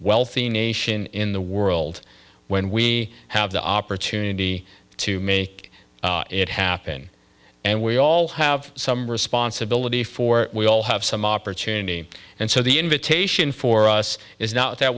wealthy nation in the world when we have the opportunity to make it happen and we all have some responsibility for we all have some opportunity and so the invitation for us is not that